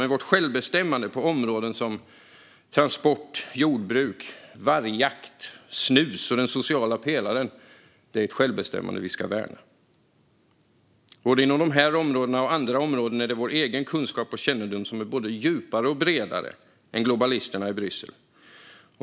Men vårt självbestämmande på områden som transport, jordbruk, vargjakt, snus och den sociala pelaren är något vi ska värna. Både inom dessa områden och andra är vår egen kunskap och kännedom både djupare och bredare än den hos globalisterna i Bryssel.